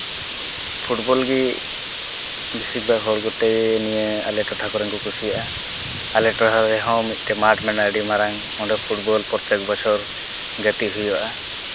football ᱜᱤ ᱵᱤᱥᱤᱨ ᱵᱷᱟᱜᱽ ᱦᱚᱲ ᱠᱚᱛᱮ ᱱᱤᱭᱟᱹ ᱟᱞᱮ ᱴᱚᱴᱷᱟ ᱠᱚᱨᱮᱱ ᱠᱚ ᱠᱩᱥᱤᱭᱟᱜᱼᱟ ᱟᱞᱮ ᱴᱚᱴᱷᱟ ᱨᱮᱦᱚᱸ ᱢᱤᱫᱴᱮᱡ ᱢᱟᱴᱷ ᱢᱮᱱᱟᱭᱟ ᱟᱹᱰᱤ ᱢᱟᱨᱟᱝ ᱚᱸᱰᱮ ᱯᱷᱩᱴᱵᱚᱞ ᱯᱨᱚᱛᱛᱮᱠ ᱵᱚᱪᱷᱚᱨ ᱜᱟᱛᱮ ᱦᱩᱭᱩᱜᱼᱟ